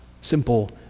simple